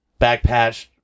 backpatch